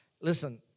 Listen